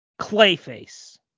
Clayface